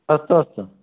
अस्तु अस्तु